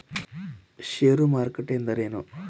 ಷೇರು ಮಾರುಕಟ್ಟೆ ಎಂದರೇನು?